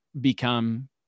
become